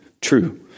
true